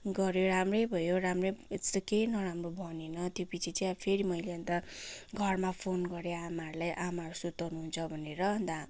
गरेर राम्रै भयो राम्रै यस्तो केही नराम्रो भनेन त्योपछि चाहिँ अब फेरि मैले अन्त घरमा फोन गरेँ आमाहरूलाई आमाहरू सुर्ताउनुहुन्छ भनेर दा